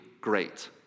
great